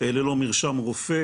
ללא מרשם רופא,